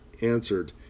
answered